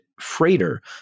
freighter